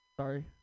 Sorry